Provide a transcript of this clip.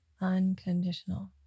unconditional